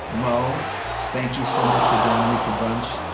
mo thank you so much for joining me for brunch.